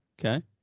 okay